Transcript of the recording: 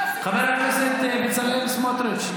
חבר כנסת בצלאל סמוטריץ',